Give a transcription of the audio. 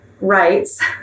rights